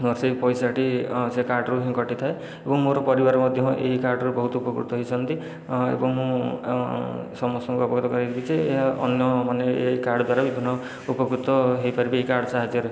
ମୋର ସେହି ପଇସାଟି ସେ କାର୍ଡ଼ରୁ ହିଁ କଟିଥାଏ ଏବଂ ମୋର ପରିବାର ମଧ୍ୟ ଏହି କାର୍ଡ଼ରୁ ବହୁତ ଉପକୃତ ହୋଇଛନ୍ତି ଏବଂ ମୁଁ ସମସ୍ତଙ୍କୁ ଅବଗତ କରାଇବି ଯେ ଅନ୍ୟମାନେ ଏ କାର୍ଡ଼ ଦ୍ୱାରା ବିଭିନ୍ନ ଉପକୃତ ହୋଇପାରିବେ ଏ କାର୍ଡ଼ ସାହାଯ୍ୟରେ